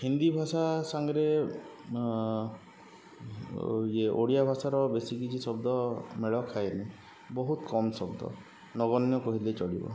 ହିନ୍ଦୀ ଭାଷା ସାଙ୍ଗରେ ଇଏ ଓଡ଼ିଆ ଭାଷାର ବେଶି କିଛି ଶବ୍ଦ ମେଳ ଖାଏନି ବହୁତ କମ୍ ଶବ୍ଦ ନଗଣ୍ୟ କହିଲେ ଚଳିବ